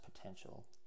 potential